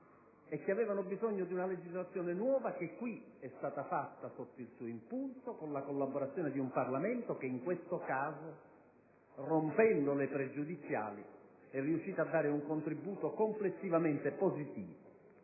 mafia aveva bisogno di una legislazione nuova, che qui è stata posta in essere, sotto il suo impulso, con la collaborazione di un Parlamento che in questo caso, rompendo le pregiudiziali, è riuscito a dare un contributo complessivamente positivo